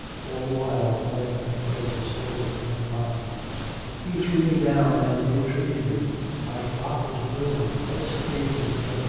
all the while running the phrases over in her mind he threw me down and ill-treated me my frock is ruined, what a state it is in!